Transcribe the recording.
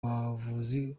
buvuzi